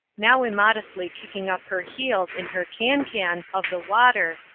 now immodestly kicking up her heels in her can-can of the water,